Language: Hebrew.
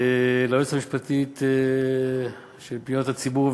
ליועצת המשפטית של הוועדה לפניות הציבור,